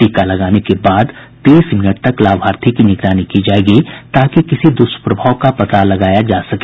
टीका लगाने के बाद तीस मिनट तक लाभार्थी की निगरानी की जाएगी ताकि किसी द्रष्प्रभाव का पता लगाया जा सके